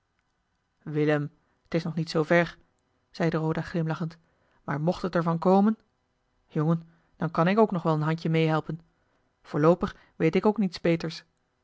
willem t is nog niet zoo ver zeide roda glimlachend maar mocht het er van komen jongen dan kan ik ook nog wel een handje meehelpen voorloopig weet ik ook niets beters